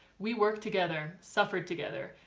we worked together, suffered together,